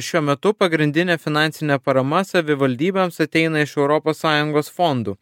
šiuo metu pagrindinė finansinė parama savivaldybėms ateina iš europos sąjungos fondų